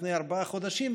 לפני ארבעה חודשים,